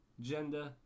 gender